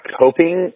coping